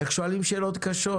איך שואלים שאלות קשות,